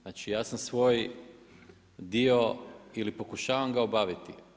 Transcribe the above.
Znači ja sam svoj dio ili pokušavam ga obaviti.